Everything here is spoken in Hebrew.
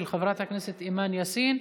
של חברת הכנסת אימאן יאסין,